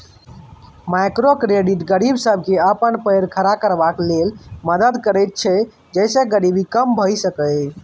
micro credit गरीब सबके अपन पैर खड़ा करबाक लेल मदद करैत छै जइसे गरीबी कम भेय सकेए